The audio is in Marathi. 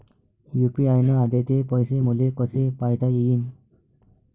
यू.पी.आय न आले ते पैसे मले कसे पायता येईन?